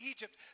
Egypt